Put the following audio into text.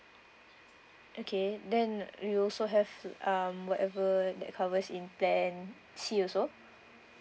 okay then you also have um whatever that covers in plan C also